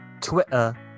Twitter